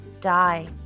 die